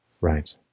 Right